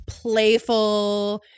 playful